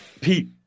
pete